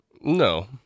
No